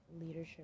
leadership